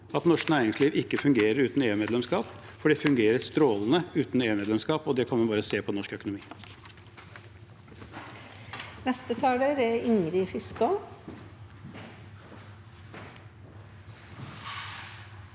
at norsk næringsliv ikke fungerer uten EU-medlemskap, for det fungerer strålende uten EUmedlemskap, og det kan vi bare se på norsk økonomi.